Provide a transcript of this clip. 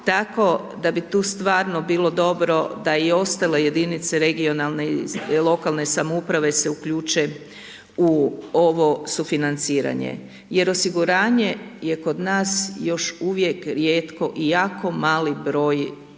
tako da bi stvarno bilo dobro da i ostale jedinica regionalne i lokalne samouprave se uključe u ovo sufinanciranje jer osiguranje je kod nas uvijek rijetko i jako mali broj